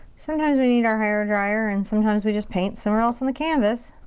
sometimes we need our hairdryer and sometimes we just paint somewhere else on the canvas.